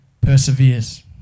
perseveres